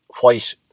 White